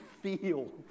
feel